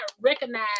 recognize